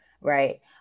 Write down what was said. right